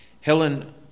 Helen